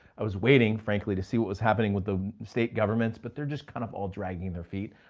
i was waiting frankly to see what was happening with the state governments, but they're just kind of all dragging their feet.